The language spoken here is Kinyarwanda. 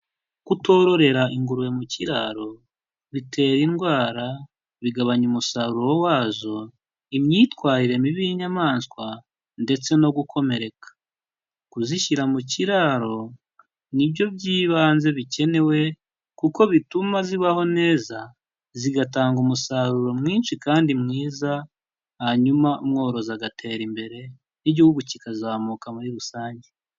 Kutororera ingurube mu kiraro bitera indwara, bigabanya umusaruro wazo, imyitwarire mibi y'inyamaswa ndetse no gukomereka. Kuzishyira mu kiraro ni byo by'ibanze bikenewe kuko bituma zibaho neza, zigatanga umusaruro mwinshi kandi mwiza hanyuma umworozi agatera imbere n'igihugu kikazamuka muri rusange.